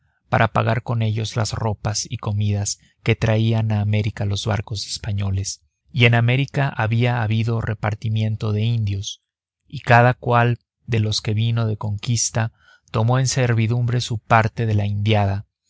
para pagar con ellos las ropas y comidas que traían a américa los barcos españoles y en américa había habido repartimiento de indios y cada cual de los que vino de conquista tomó en servidumbre su parte de la indiada